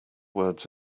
words